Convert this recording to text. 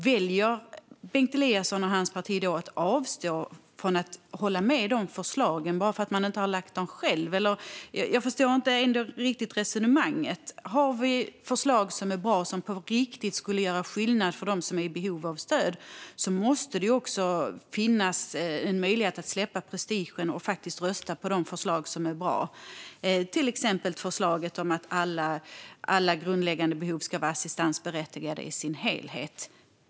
Väljer Bengt Eliasson och hans parti att avstå från att hålla med om en massa förslag, som de ser är bra, bara för att de inte själva har lagt fram dem? Jag förstår inte riktigt resonemanget. Om det finns bra förslag, som på riktigt skulle göra skillnad för dem som är i behov av stöd, måste det också finnas möjlighet att släppa prestigen och att rösta på de förslag som är bra, till exempel förslaget om att alla grundläggande behov ska vara assistansberättigande i sin helhet.